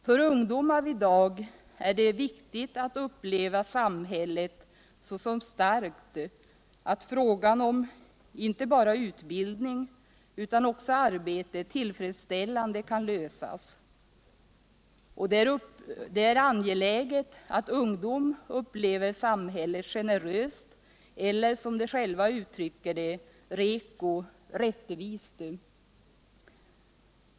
För ungdom av i dag är det viktigt att uppleva samhället såsom starkt, att frågan om inte bara utbildning utan också arbete tillfredsställande kan lösas. Och det är angeläget att ungdom upplever samhället generöst eller, såsom de själva uttrycker det, ”reko”, rättvist.